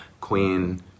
queen